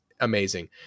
amazing